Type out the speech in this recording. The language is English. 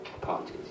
parties